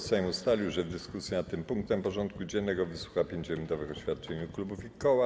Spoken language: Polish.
Sejm ustalił, że w dyskusji nad tym punktem porządku dziennego wysłucha 5-minutowych oświadczeń w imieniu klubów i koła.